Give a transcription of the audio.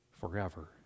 forever